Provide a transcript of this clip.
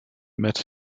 met